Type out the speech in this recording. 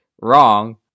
wrong